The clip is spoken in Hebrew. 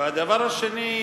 והדבר השני,